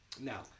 Now